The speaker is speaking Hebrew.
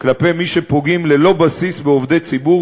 כלפי מי שפוגעים ללא בסיס בעובדי ציבור,